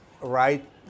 right